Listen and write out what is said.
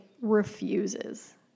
refuses